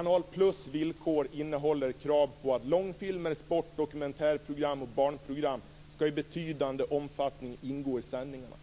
följande. Villkoren för Canal + innehåller krav på att långfilmer, sport, dokumentärprogram och barnprogram i betydande omfattning skall ingå i sändningarna.